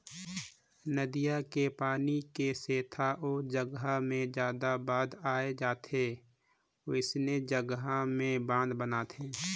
नदिया के पानी के सेथा ओ जघा मे जादा बाद आए जाथे वोइसने जघा में बांध बनाथे